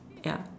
ya